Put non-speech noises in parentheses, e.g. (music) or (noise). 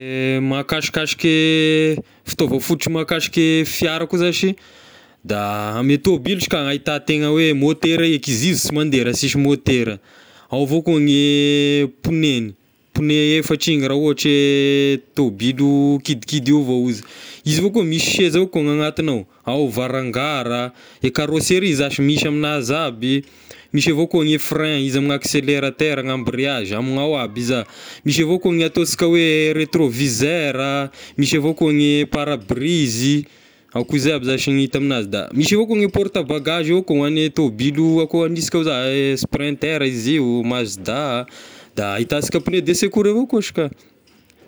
(hesitation) Mahakasikasiky fitoava fototry mahakasiky e fiara koa zashy da ame tôbily izy ka ny ahita tegna hoe môtera eky izy io sy mandeha raha sisy môtera, ao avao koa ny pneu-any, pneu efatra igny raha ohatry tôbilo kidikidy io avao izy, izy io avao koa misy seza koa gn'agnatiny ao, ao varangara, e carosserie zashy misy aminazy aby i, misy avao koa gne frein izy ame ny accelerateur, ny embrayage amigny ao aby iza, misy avao koa ny ataonsika hoe retroviseur ah, misy avao koa gne parabrise, ao koa zay aby zashy ny hita amignazy, da misy avao koa gne porte bagagge io ko ny agny tôbilo ako igno koa za, ny (hesitation) sprinter izy io, mazda, da ahitansika pneu de secours avao koa izy ka.